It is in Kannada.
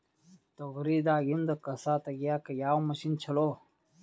ತೊಗರಿ ದಾಗಿಂದ ಕಸಾ ತಗಿಯಕ ಯಾವ ಮಷಿನ್ ಚಲೋ?